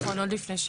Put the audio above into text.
נכון, עוד לפני שהגיע.